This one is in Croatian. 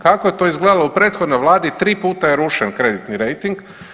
Kako je to izgledalo u prethodnoj Vladi tri puta je rušen kreditni rejting.